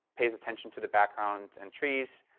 pays attention to the background and trees.